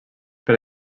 per